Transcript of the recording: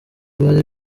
bari